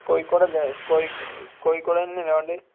കോഴിക്കോടല്ലേ കോഴിക്കോട് കോഴിക്കോടന്നല്ലേ വേണ്ടത്